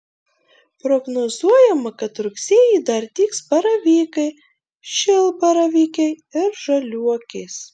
prognozuojama kad rugsėjį dar dygs baravykai šilbaravykiai ir žaliuokės